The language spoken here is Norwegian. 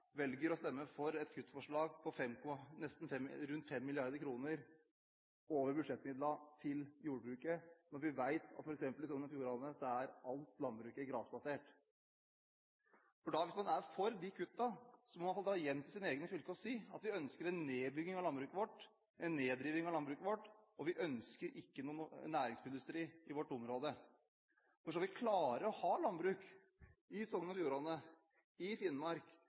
velger å stemme for et kuttforslag på rundt 5 mrd. kr av budsjettmidlene til jordbruket, når vi vet at i Sogn og Fjordane er alt landbruket grasbasert. Hvis man er for de kuttene, må man iallfall dra hjem til sine egne fylker og si at vi ønsker en nedbygging av landbruket vårt, en nedrivning av landbruket vårt, og vi ønsker ikke noen næringsmiddelindustri i vårt område. Skal vi klare å ha landbruk i Sogn og Fjordane og i Finnmark,